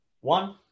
one